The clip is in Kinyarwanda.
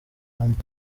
amb